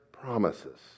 promises